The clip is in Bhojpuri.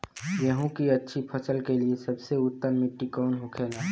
गेहूँ की अच्छी फसल के लिए सबसे उत्तम मिट्टी कौन होखे ला?